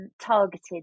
targeted